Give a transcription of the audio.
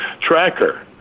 tracker